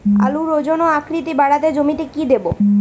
আলুর ওজন ও আকৃতি বাড়াতে জমিতে কি দেবো?